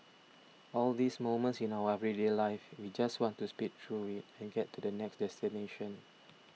all these moments in our everyday life we just want to speed through it and get to the next destination